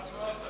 מה תנועה?